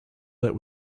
that